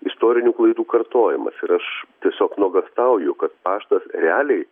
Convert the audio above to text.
istorinių klaidų kartojimas ir aš tiesiog nuogąstauju kad paštas realiai